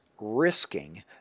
risking